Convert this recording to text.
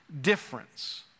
difference